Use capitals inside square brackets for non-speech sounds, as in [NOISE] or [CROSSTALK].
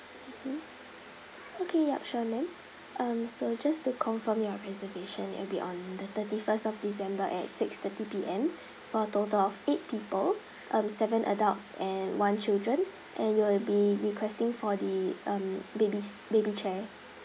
mmhmm okay yup sure ma'am um so just to confirm your reservation it will be on the thirty first of december at six thirty P_M [BREATH] for a total of eight people um seven adults and one children and you will be requesting for the um baby's baby chair